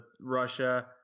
Russia